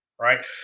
Right